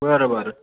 बरं बरं